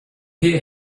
hear